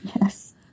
Yes